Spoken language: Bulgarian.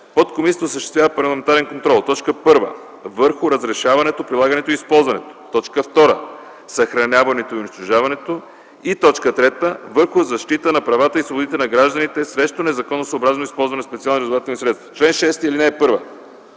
Подкомисията осъществява парламентарен контрол: 1. върху разрешаването, прилагането и използването; 2. съхраняването и унищожаването; 3. върху защита на правата и свободите на гражданите срещу незаконосъобразното използване на специални разузнавателни средства. Чл. 6. (1)